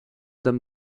dame